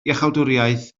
iachawdwriaeth